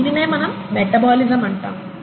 దీనినే మనము మెటబాలిజం అంటాము